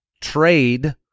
trade